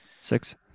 Six